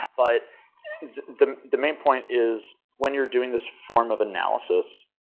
but the the main point is when you're doing this form of analysis,